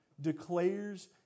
declares